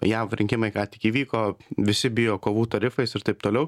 jav rinkimai ką tik įvyko visi bijo kovų tarifais ir taip toliau